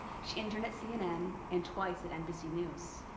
she interned at cnn and twice at nbc news.